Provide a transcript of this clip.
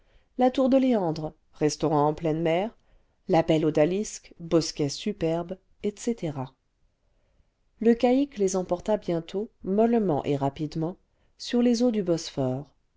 la tour de léondre restaurant en pleine mer la belle odalisque bosquets superbes etc le calque les emporta bientôt mollement et rapidement sur les eaux du bosphore